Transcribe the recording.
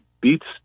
beats